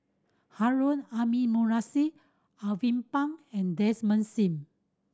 Harun Aminurrashid Alvin Pang and Desmond Sim